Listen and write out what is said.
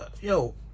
yo